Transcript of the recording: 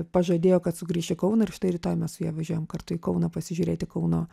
pažadėjo kad sugrįš į kauną ir štai rytoj mes su ja važiuojam kartu į kauną pasižiūrėti kauno